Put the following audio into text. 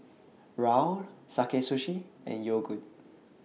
Raoul Sakae Sushi and Yogood